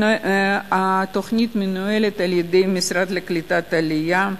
התוכנית מנוהלת על-ידי המשרד לקליטת העלייה,